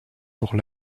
pour